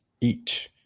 eat